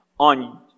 on